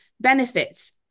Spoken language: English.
benefits